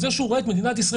זה שהוא רואה את מדינת ישראל,